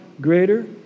greater